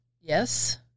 Yes